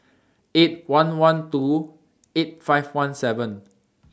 eight one one two eight five one seven